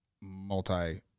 multi